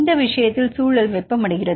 இந்த விஷயத்தில் சூழல் வெப்பமடைகிறது